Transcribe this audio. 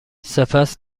سپس